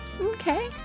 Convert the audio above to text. Okay